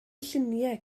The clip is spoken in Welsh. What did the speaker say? lluniau